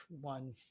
One